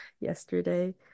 yesterday